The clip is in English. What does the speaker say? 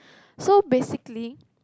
so basically